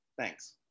thanks